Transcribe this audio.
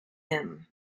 him